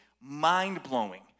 mind-blowing